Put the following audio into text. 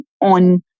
on